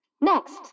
Next